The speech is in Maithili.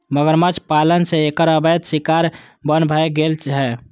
मगरमच्छ पालन सं एकर अवैध शिकार बन्न भए गेल छै